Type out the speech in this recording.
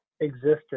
existed